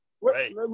Right